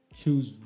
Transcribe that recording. choose